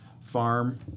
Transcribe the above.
farm